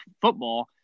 football